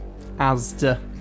Asda